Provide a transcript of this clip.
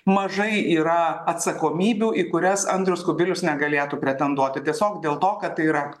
mažai yra atsakomybių į kurias andrius kubilius negalėtų pretenduoti tiesiog dėl to kad tai yra